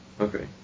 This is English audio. Okay